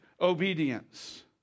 obedience